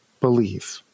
believe